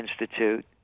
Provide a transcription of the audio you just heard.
Institute